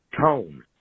tone